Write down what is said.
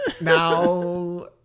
Now